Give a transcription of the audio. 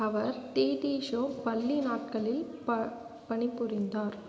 அவர் DD show பள்ளி நாட்களில் ப பணிபுரிந்தார்